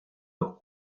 los